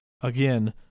again